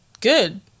good